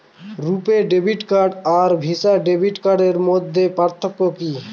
রূপে debit card আর Visa debit কার্ডের মধ্যে পার্থক্য কি?